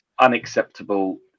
unacceptable